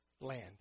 Land